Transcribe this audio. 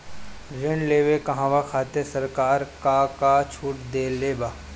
ऋण लेवे कहवा खातिर सरकार का का छूट देले बा?